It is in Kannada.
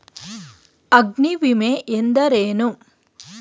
ಅಗ್ನಿವಿಮೆ ಎಂದರೇನು?